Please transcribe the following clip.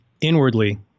inwardly